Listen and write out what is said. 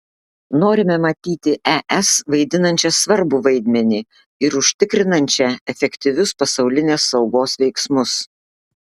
norime matyti es vaidinančią svarbų vaidmenį ir užtikrinančią efektyvius pasaulinės saugos veiksmus